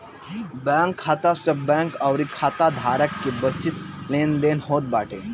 bank खाता से bank अउरी खाता धारक के बीच लेनदेन होत बाटे